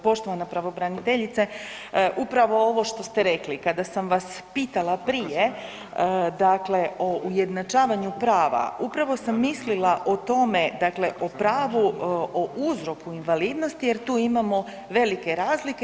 Poštovana pravobraniteljice upravo ovo što ste rekli, kada sam vas pitala prije dakle o ujednačavanju prava upravo sam mislila o tome dakle o pravu, o uzroku invalidnosti jer tu imamo velike razlike.